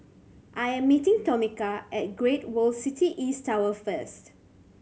I am meeting Tomika at Great World City East Tower first